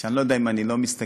אני לא יודע אם אני לא מסתכן,